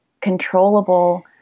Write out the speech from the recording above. controllable